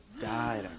died